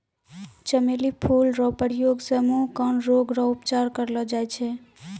चमेली फूल रो प्रयोग से मुँह, कान रोग रो उपचार करलो जाय छै